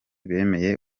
bemeye